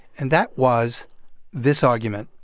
and that was this argument.